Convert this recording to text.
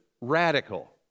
radical